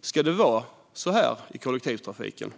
Ska det vara så här i kollektivtrafiken?